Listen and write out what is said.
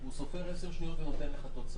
הוא סופר עשר שניות ונותן לך תוצאה.